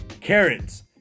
carrots